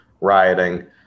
rioting